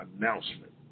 announcement